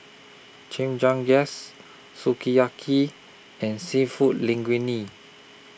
Chimichangas Sukiyaki and Seafood Linguine